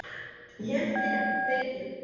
yes. ma'am. thank you.